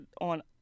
on